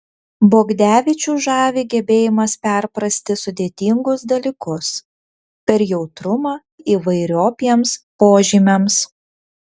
bogdevičių žavi gebėjimas perprasti sudėtingus dalykus per jautrumą įvairiopiems požymiams